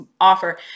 offer